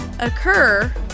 Occur